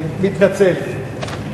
מתנצל.